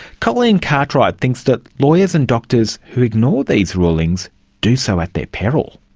colleen cartwright thinks that lawyers and doctors who ignore these rulings do so at their peril.